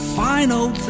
final